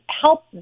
help